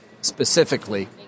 specifically